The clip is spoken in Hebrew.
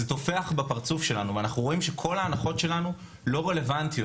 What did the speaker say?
זה טופח בפרצוף שלנו ואנחנו רואים שכל ההנחות שלנו לא רלוונטיות.